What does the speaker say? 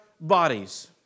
bodies